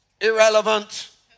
Irrelevant